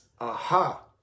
aha